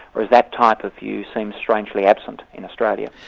whereas that type of view seems strangely absent in australia.